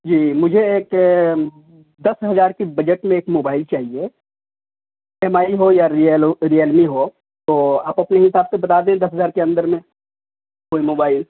جی مجھے ایک دس ہزار کے بجٹ میں ایک موبائل چاہیے ایم آئی ہو یا ریئلو ریئلمی ہو تو آپ اپنے حساب سے بتا دیں دس ہزار کے اندر میں کوئی موبائل